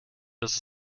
das